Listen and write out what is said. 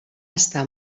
estar